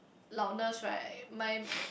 loudness right my